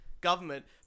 government